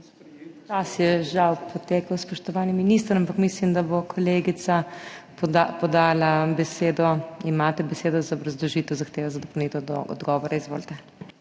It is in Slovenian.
Čas je žal potekel, spoštovani minister, ampak mislim, da bo kolegica podala besedo. Imate besedo za obrazložitev zahteve za dopolnitev odgovora. Izvolite.